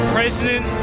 President